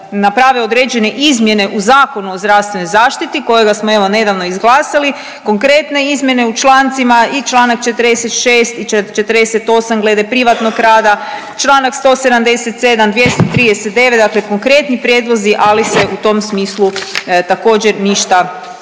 naprave određene izmjene u Zakonu o zdravstvenoj zaštiti kojega smo evo nedavno izglasali, konkretne izmjene u člancima, i čl. 46. i 48. glede privatnog rada, čl. 177., 239., dakle konkretni prijedlozi, ali se u tom smislu također ništa nije